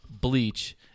bleach